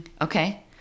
Okay